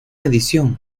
edición